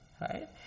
right